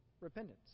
repentance